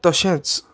तशेंच